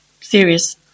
serious